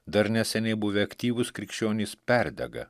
dar neseniai buvę aktyvūs krikščionys perdega